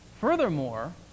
Furthermore